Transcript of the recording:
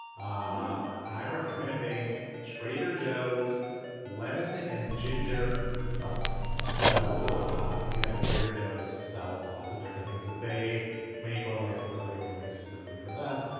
i recommend being a trader joe's lemon and ginger seltzer. so you know trader joe's sells lots of different things that they make or license other people to make specifically for them.